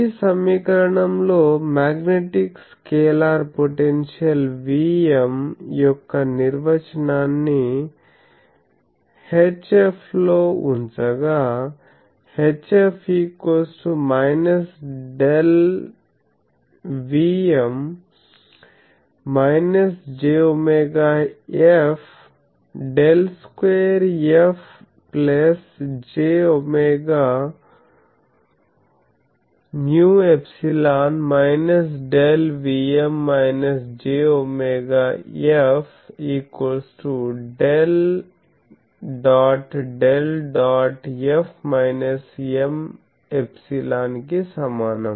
ఈ సమీకరణం లో మ్యాగ్నెటిక్ స్కేలార్ పొటెన్షియల్ Vm యొక్క నిర్వచనాన్ని HF లో ఉంచగా HF ∇Vm jωF ∇2 F jωμ∈ ∇Vm jωF ∇∇ dot F M∈ కి సమానం